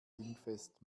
dingfest